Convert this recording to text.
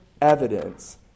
evidence